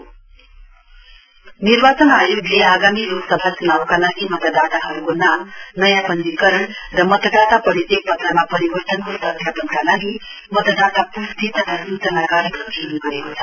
election commission निर्वाचन आयोगले आगामी लोकसभा चुनाउका लागि मतदाताहरुको नामनयाँ पश्चीकरण र मतदाता परिचय पत्रमा परिवर्तनको सत्यापनको सत्यापनका लागि मतदाता पुष्टि तथा सूचना कार्यक्रम शुरु गरेको छ